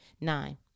Nine